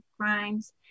crimes